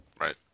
Right